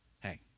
Hey